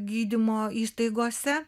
gydymo įstaigose